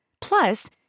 Plus